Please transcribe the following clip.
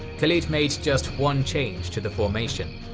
khalid made just one change to the formation.